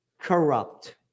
corrupt